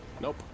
Nope